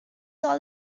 all